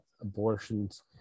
abortions